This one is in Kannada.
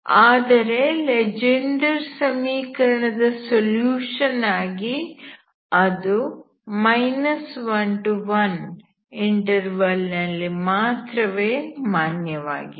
ಆದರೆ ಲೆಜೆಂಡರ್ ಸಮೀಕರಣ ದ ಸೊಲ್ಯೂಷನ್ ಆಗಿ ಅದು 11 ನಲ್ಲಿ ಮಾತ್ರವೇ ಮಾನ್ಯವಾಗಿದೆ